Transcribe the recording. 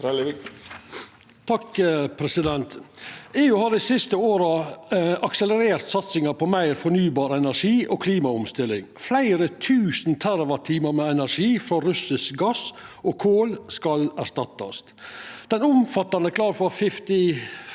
(H) EU har dei siste åra akselerert satsinga på meir fornybar energi og klimaomstilling. Fleire tusen terawattimar med energi frå russisk gass og kol skal erstattast. Den omfattande Klar for 55-pakka